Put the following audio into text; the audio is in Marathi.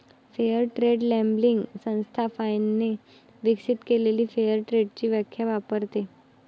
फेअर ट्रेड लेबलिंग संस्था फाइनने विकसित केलेली फेअर ट्रेडची व्याख्या वापरते